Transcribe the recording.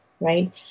right